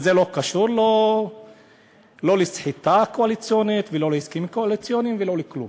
וזה לא קשור לא לסחיטה קואליציונית ולא להסכמים קואליציוניים ולא לכלום.